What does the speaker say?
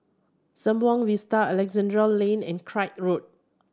Sembawang Vista Alexandra Lane and Craig Road